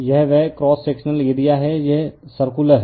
यह वह cross sectional area है यह सर्कुलर है